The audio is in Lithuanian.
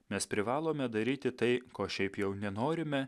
mes privalome daryti tai ko šiaip jau nenorime